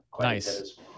Nice